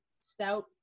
stout